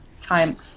time